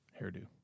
hairdo